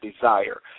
desire